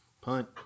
Punt